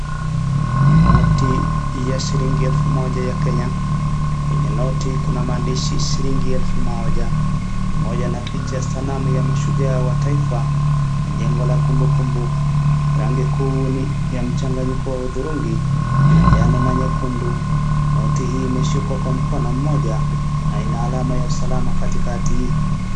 Noti ya shilingi elfu moja ya Kenya. Kwenye noti kuna mandishi, shilingi elfu moja. Pamoja na picha ,sanamu ya mashujaa wa taifa. Ni jango la kumbukumbu. Rangi kuu ni ya mchanganyiko wa hudhurungi, njano na nyekundu. Noti hii imeshikwa kwa mkono mmoja, na ina alama ya usalama katikati.